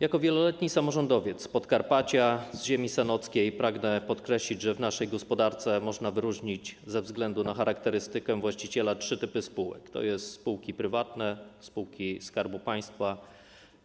Jako wieloletni samorządowiec z Podkarpacia, z ziemi sanockiej pragnę podkreślić, że w naszej gospodarce można wyróżnić ze względu na charakterystykę właściciela trzy typy spółek, tj. spółki prywatne, spółki Skarbu Państwa